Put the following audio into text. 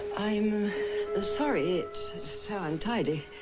i'm sorry it's so untidy.